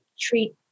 Treat